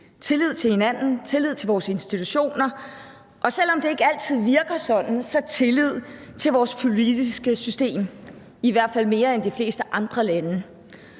tillid til hinanden, tillid til vores institutioner og – selv om det ikke altid virker sådan – tillid til vores politiske system, i hvert fald mere end i de fleste andre lande.